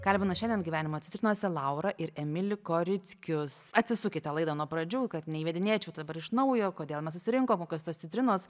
kalbinu šiandien gyvenimo citrinose laurą ir emilį korickius atsisukite laidą nuo pradžių kad neįvedinėčiau dabar iš naujo kodėl mes susirinkom kas tos citrinos